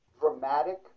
dramatic